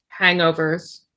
hangovers